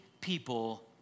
people